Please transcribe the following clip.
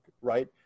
right